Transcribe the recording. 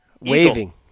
Waving